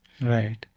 Right